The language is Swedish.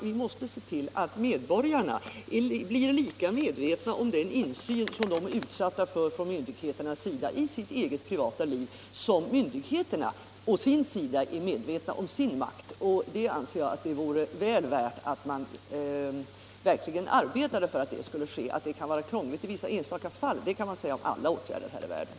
Vi måste se till att medborgarna blir lika medvetna om den insyn de är utsatta för från myndigheternas sida i sitt eget privata liv som myndigheterna å sin sida är medvetna om sin makt. Jag anser att det vore väl värt att man verkligen arbetade för att det skulle ske. Att det kan vara krångligt i vissa enstaka fall är något som man kan säga om alla åtgärder här i världen.